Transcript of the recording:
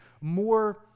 more